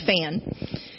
fan